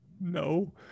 No